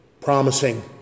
promising